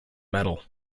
metal